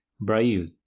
braille